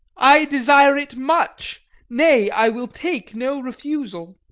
i desire it much nay, i will take no refusal.